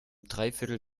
dreiviertel